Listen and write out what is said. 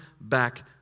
back